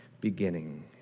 beginning